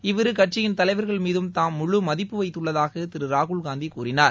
இவ்விரு கட்சியின் தலைவர்கள்மீதும் தாம் முழு மதிப்பு வைத்துள்ளதாக திரு ராகுல் காந்தி கூறினார்